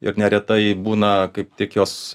ir neretai būna kaip tik jos